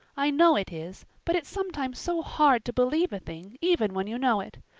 i know it is, but it's sometimes so hard to believe a thing even when you know it.